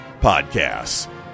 podcasts